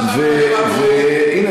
והינה,